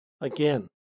Again